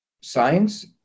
science